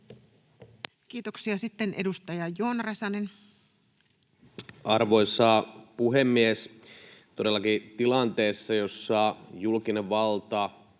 Kiitoksia. — Sitten edustaja Joona Räsänen. Arvoisa puhemies! Todellakin tilanteessa, jossa julkinen valta